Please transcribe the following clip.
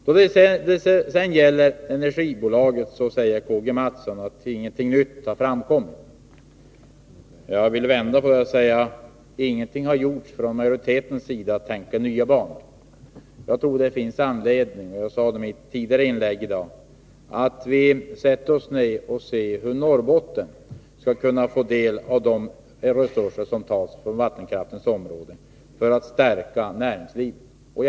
När det sedan gäller energibolaget säger Karl-Gustaf Mathsson att inget nytt har framkommit. Jag vill vända på det och säga: Ingenting har gjorts från majoritetens sida för att tänka i nya banor. Jag tror att det finns anledning att, som jag sade i mitt tidigare inlägg i dag, vi sätter oss ner och ser hur Norrbotten skall kunna få del av de resurser som tas från vattenkraftens område för att stärka näringslivet.